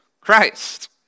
Christ